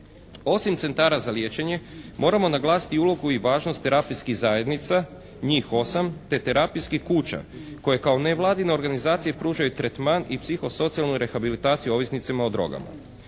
Osim centara za liječenje moramo naglasiti ulogu i važnost terapijskih zajednica, njih osam, te terapijskih kuća koje kao nevladine organizacije pružaju tretman i psiho-socijalnu rehabilitaciju ovisnicima o drogama.